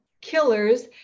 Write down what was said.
Killers